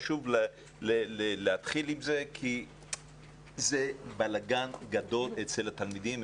חשוב להתחיל עם זה כי זה בלגן גדול אצל התלמידים,